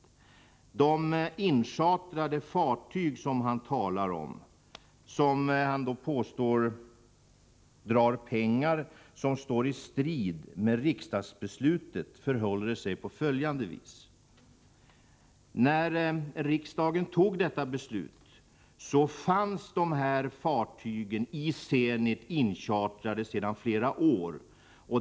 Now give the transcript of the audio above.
Med de inchartrade fartyg som Nic Grönvall talar om och som han påstår drar pengar, i strid med riksdagsbeslutet, förhåller det sig på följande vis: När riksdagen fattade detta beslut, fanns de här fartygen i Zenit inchartrade sedan flera år.